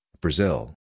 Brazil